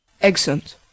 Excellent